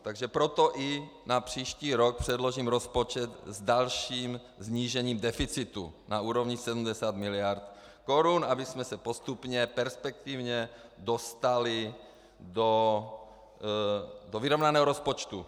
Takže proto i na příští rok předložím rozpočet s dalším snížením deficitu na úrovni 70 mld. korun, abychom se postupně perspektivně dostali do vyrovnaného rozpočtu.